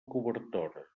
cobertora